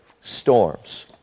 storms